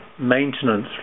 maintenance